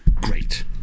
great